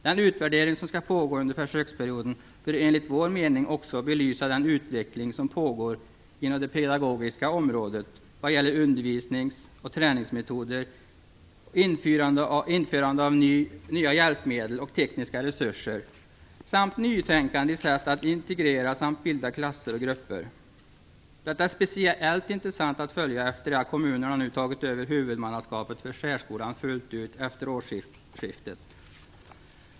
Den utvärdering som skall pågå under försöksperioden bör enligt vår mening också belysa den utveckling som pågår inom det pedagogiska området vad gäller undervisnings och träningsmetoder, införande av nya hjälpmedel och tekniska resurser samt nytänkande i sätt att integrera samt bilda klasser och grupper. Detta är speciellt intressant att följa, efter det att kommunerna nu tagit över huvudmannaskapet för särskolan, fullt ut efter årsskiftet.